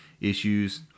issues